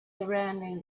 surrounding